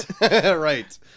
Right